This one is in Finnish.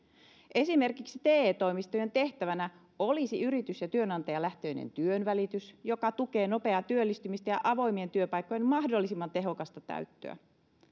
esimerkiksi te toimistojen tehtävänä olisi yritys ja työnantajalähtöinen työnvälitys joka tukee nopeaa työllistymistä ja avoimien työpaikkojen mahdollisimman tehokasta täyttöä